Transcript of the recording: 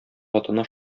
атына